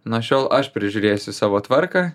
nuo šiol aš prižiūrėsiu savo tvarką